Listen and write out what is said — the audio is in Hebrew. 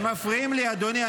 הם מפריעים לי, אדוני.